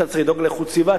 אתה צריך לדאוג לאיכות הסביבה,